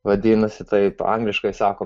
vadinasi taip angliškai sakom